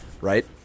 right